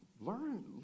learn